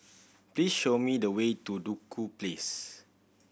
please show me the way to Duku Place